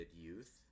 youth